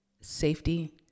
safety